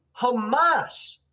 Hamas